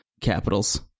capitals